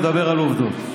מדבר על עובדות.